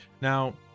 Now